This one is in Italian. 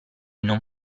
non